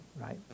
right